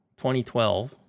2012